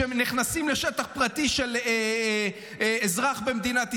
כשנכנסים לשטח פרטי של אזרח במדינת ישראל,